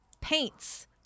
paints